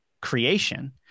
creation